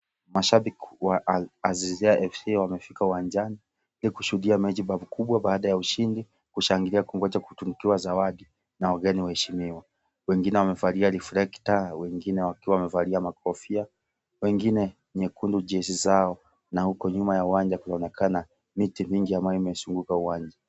Mashabiki wa Alhaziza FC wamefika uwanjani ili kusuhudia mechi pakubwa baada ya ushindi kushangilia kutunukiwa zawadi na wageni waheshimiwa na wengine wamevalia reflecta wengine wakiwa wamevalia makofia wengine nyekundu jezi zao na huku nyuma ya uwanja kuonekana mingi ambayo imezunguka uwanja